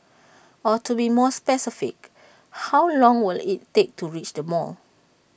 or to be more specific how long will IT take to reach the mall